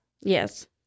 Yes